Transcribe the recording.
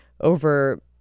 over